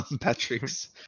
Patrick's